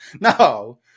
No